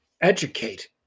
educate